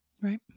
Right